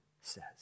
says